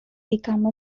become